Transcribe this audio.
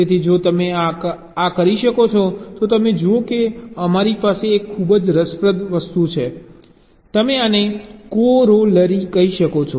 તેથી જો તમે આ કરી શકો છો તો તમે જુઓ કે અમારી પાસે એક ખૂબ જ રસપ્રદ છે તમે આને કોરોલરી કહી શકો છો